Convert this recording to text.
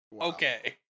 Okay